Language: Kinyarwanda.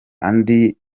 andi